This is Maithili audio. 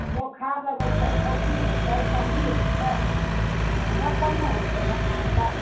बोखार लगै छै खोखी होइ छै सर्दी होइ छै इएह सब ने होइ छै माथामे दर्द